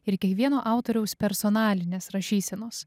ir kiekvieno autoriaus personalinės rašysenos